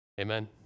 Amen